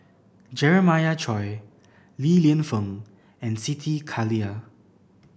Jeremiah Choy Li Lienfung and Siti Khalijah